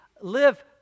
Live